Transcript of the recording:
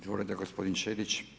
Izvolite gospodin Ćelić.